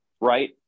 right